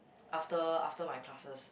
after after my classes